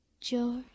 George